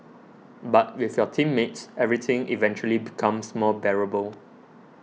but with your teammates everything eventually becomes more bearable